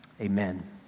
Amen